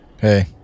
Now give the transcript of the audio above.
Hey